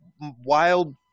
wild